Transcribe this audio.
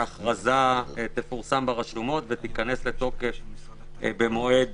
ההכרזה תפורסם ברשומות ותיכנס לתוקף במועד